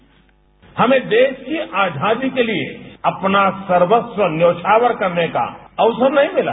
bite हमें देश की आजादी के लिए अपना सर्वस्व न्यौछावर करने का अवसर नहीं मिला